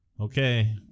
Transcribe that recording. okay